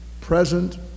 Present